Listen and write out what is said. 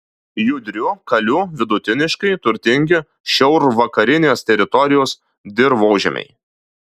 judriu kaliu vidutiniškai turtingi šiaurvakarinės teritorijos dirvožemiai